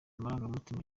amarangamutima